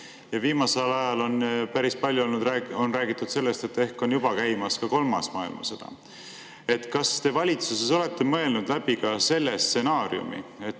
Viimasel ajal on päris palju räägitud sellest, et ehk on juba käimas ka kolmas maailmasõda. Kas te valitsuses olete mõelnud läbi ka selle stsenaariumi,